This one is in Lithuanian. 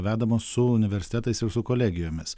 vedamos su universitetais ir su kolegijomis